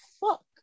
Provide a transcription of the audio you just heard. fuck